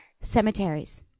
cemeteries